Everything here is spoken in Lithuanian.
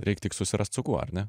reik tik susirast su kuo ar ne